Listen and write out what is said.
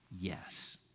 Yes